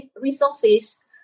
resources